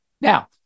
now